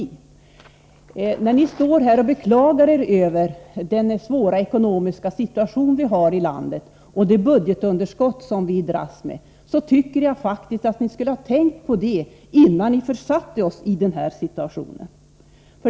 När moderaterna står här och beklagar sig över den svåra ekonomiska situation vi har i landet och det budgetunderskott vi dras med, tycker jag faktiskt att de skulle ha tänkt på detta innan de försatte oss i den här situationen.